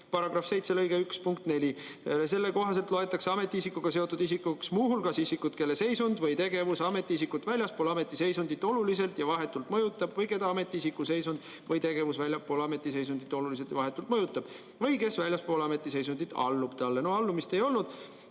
§ 7 lõike 1 punkt 4 kohaselt loetakse ametiisikuga seotud isikuks muu hulgas isikut, kelle seisund või tegevus ametiisikut väljaspool ametiseisundit oluliselt ja vahetult mõjutab või keda ametiisiku seisund või tegevus väljaspool ametiseisundit oluliselt ja vahetult mõjutab või kes väljaspool ametiseisundit talle allub. No allumist ei olnud.